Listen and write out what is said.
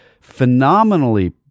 phenomenally